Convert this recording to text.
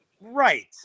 Right